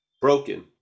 broken